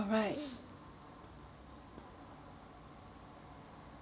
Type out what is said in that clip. alright